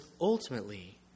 ultimately